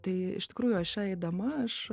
tai iš tikrųjų aš eidama aš